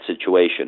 situation